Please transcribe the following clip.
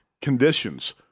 conditions